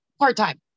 part-time